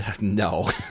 no